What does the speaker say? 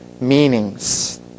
meanings